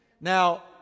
now